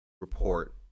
report